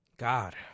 god